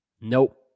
Nope